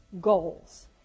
goals